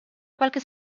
qualche